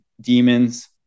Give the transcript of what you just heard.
demons